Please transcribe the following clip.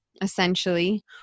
Essentially